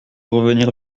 revenir